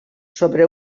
sobre